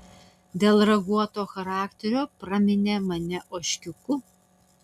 dėl raguoto charakterio praminė mane ožkiuku